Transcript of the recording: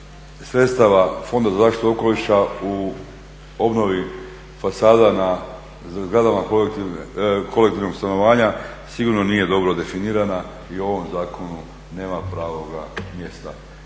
sredstava fonda za zaštitu okoliša u obnovi fasada na zgradama kolektivnog stanovanja, sigurno nije dobro definirana i u ovom zakonu nema pravoga mjesta.